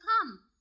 come